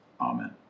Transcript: Amen